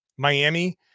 Miami